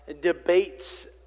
debates